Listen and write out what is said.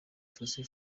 fossey